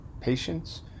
patience